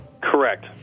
Correct